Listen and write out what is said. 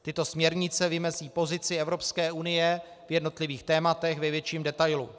Tyto směrnice vymezí pozici Evropské unie v jednotlivých tématech ve větším detailu.